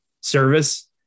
service